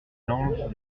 langes